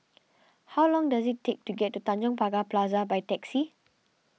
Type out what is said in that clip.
how long does it take to get to Tanjong Pagar Plaza by taxi